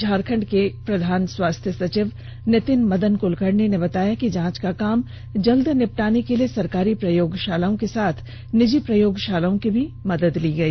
झारखंड के प्रधान स्वास्थ्य सचिव नितिन मदन कुलकर्णी ने बताया कि जांच का काम जल्द निपटाने के लिए सरकारी प्रयोगशालाओं के साथ निजी प्रयोगशालाओं की भी मदद ली गई